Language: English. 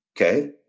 Okay